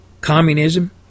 Communism